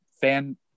fan –